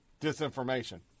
disinformation